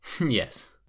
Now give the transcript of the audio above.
Yes